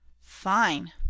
Fine